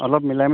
অলপ মিলাই মেলি